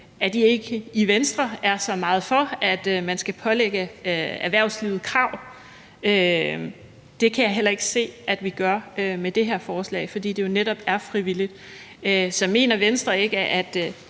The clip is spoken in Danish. at man ikke i Venstre er så meget for, at vi skal pålægge erhvervslivet krav. Det kan jeg heller ikke se vi gør med det her forslag, fordi det jo netop er frivilligt. Så mener Venstre ikke, at